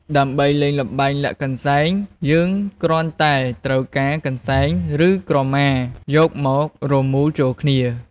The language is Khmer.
ដើម្បីលេងល្បែងលាក់កន្សែង យើងគ្រាន់តែត្រូវការ កន្សែង ឬ ក្រមាយកមករមួលចូលគ្នា។